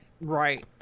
Right